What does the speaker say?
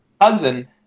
cousin